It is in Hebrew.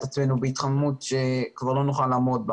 עצמנו בהתחממות שכבר לא נוכל לעמוד בה